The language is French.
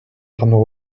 arnaud